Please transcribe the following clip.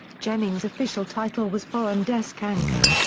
jennings' official title was foreign desk anchor,